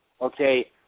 okay